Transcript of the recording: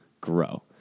grow